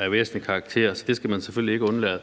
af væsentlig karakter, så det skal man selvfølgelig ikke undlade.